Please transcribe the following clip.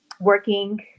working